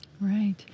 Right